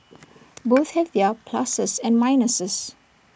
both have their pluses and minuses